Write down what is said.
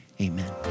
amen